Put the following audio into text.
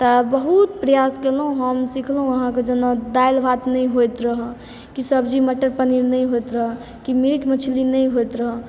तऽ बहुत प्रयास करलहुँ हम सीखलहुँ अहाँके जेना दालि भात नहि होइत रहऽ की सब्जी मटर पनीर नहि होइत रहऽ की मीट मछली नहि होइत रहऽ